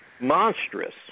monstrous